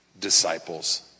disciples